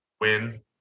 win